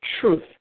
truth